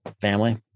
family